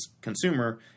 consumer